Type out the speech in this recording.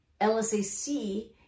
LSAC